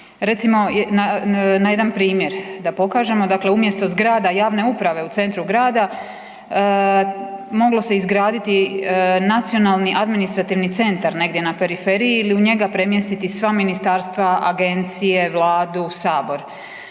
Recimo na jedan primjer da pokažemo, dakle umjesto zgrada javne uprave u centru grada, moglo se izgraditi nacionalni administrativni centar negdje na periferiji ili u njega premjestiti sva Ministarstva, Agencije, Vladu, Sabor.